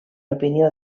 opinió